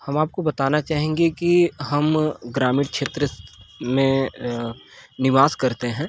हम आपको बताना चाहेंगे कि हम ग्रामीण क्षेत्र में निवास करते हैं